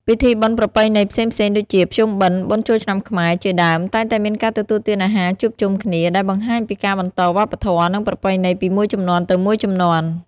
ពិធីបុណ្យប្រពៃណីផ្សេងៗដូចជា ភ្ជុំបិណ្ឌ បុណ្យចូលឆ្នាំខ្មែរ ជាដើម តែងតែមានការទទួលទានអាហារជួបជុំគ្នា ដែលបង្ហាញពីការបន្តវប្បធម៌ និងប្រពៃណីពីមួយជំនាន់ទៅជំនាន់មួយ។